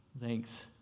Thanks